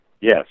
Yes